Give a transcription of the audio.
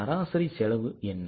சராசரி செலவு என்ன